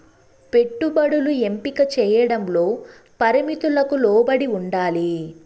పెట్టుబడులు ఎంపిక చేయడంలో పరిమితులకు లోబడి ఉండాలి